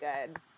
good